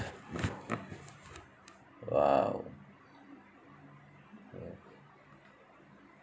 !wow! mm